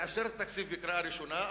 מאשרת תקציב לקריאה ראשונה,